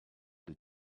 did